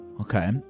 okay